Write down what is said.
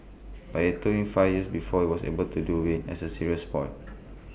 but IT took him five years before he was able to do IT as A serious Sport